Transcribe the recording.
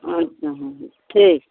अच्छा ठीक